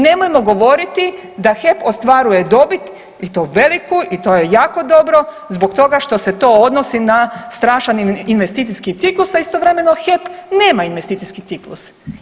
Nemojmo govoriti da HEP ostvaruje dobit i to veliku i to je jako dobro zbog toga što se to odnosi na strašan investicijski ciklus, a istovremeno HEP nema investicijski ciklus.